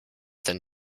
than